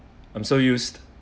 I'm so used